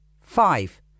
five